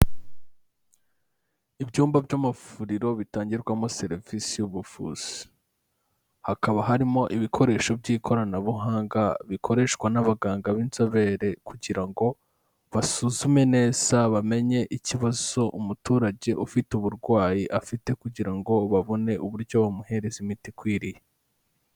Ibyumba by'amavuriro bitangirwamo serivisi y'ubuvuzi, hakaba harimo ibikoresho by'ikoranabuhanga bikoreshwa n'abaganga b'inzobere, kugira ngo basuzume neza bamenye ikibazo umuturage ufite uburwayi afite, kugira ngo babone uburyo bamumuhereza imiti ikwiriye.